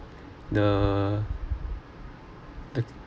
the the